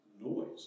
noise